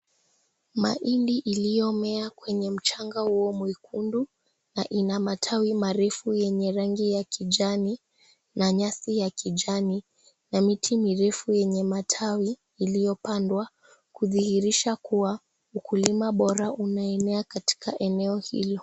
Mahindi iliyomea kwenye mchanga huo mwekundu na ina matawi marefu yenye rangi ya kijani na nyasi ya kijani na miti mirefu yenye matawi iliyopandwa, kudhihirisha kuwa, ukulima bora unaenea katika eneo hilo.